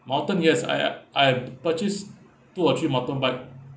mountain yes I uh I have purchased two or three mountain bike